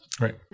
Right